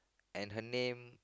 and her name